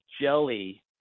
jelly